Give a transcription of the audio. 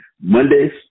Mondays